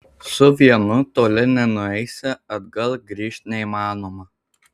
su vienu toli nenueisi atgal grįžt neįmanoma